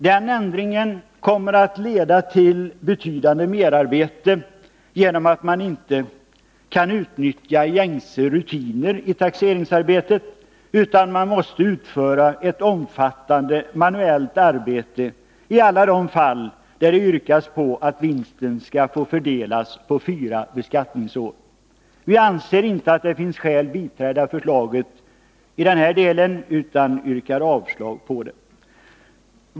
Den ändringen kommer att leda till betydande merarbete genom att man inte kan utnyttja gängse rutiner i taxeringsarbetet utan måste utföra ett omfattande manuellt arbete i alla de fall där det yrkats på att vinsten skall få fördelas på fyra beskattningsår. Vi anser inte att det finns skäl att biträda det här förslaget utan yrkar på avslag även i denna del.